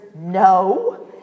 no